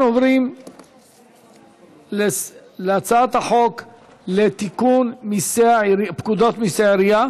אנחנו עוברים להצעת חוק לתיקון פקודת מיסי העירייה